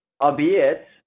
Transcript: albeit